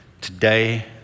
Today